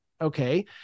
okay